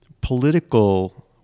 political